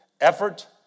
effort